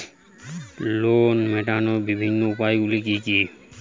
Loan মেটানোর বিভিন্ন উপায়গুলি কী কী?